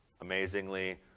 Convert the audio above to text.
amazingly